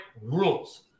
rules